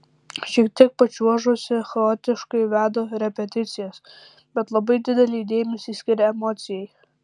šiek tiek pačiuožusi chaotiškai veda repeticijas bet labai didelį dėmesį skiria emocijai